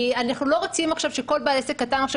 כי אנחנו לא רוצים עכשיו שכל בעל עסק קטן עכשיו